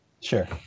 Sure